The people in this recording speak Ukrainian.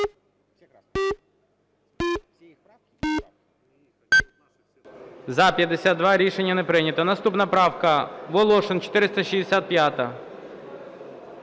За-52 Рішення не прийнято. Наступна правка. Волошин, 465-а.